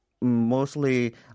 mostly